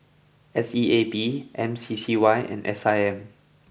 S E A B M C C Y and S I M